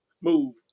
move